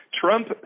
Trump